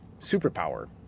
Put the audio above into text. superpower